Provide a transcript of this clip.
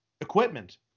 equipment